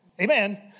Amen